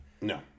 No